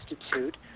Institute